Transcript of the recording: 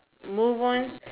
move on